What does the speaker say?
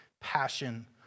passion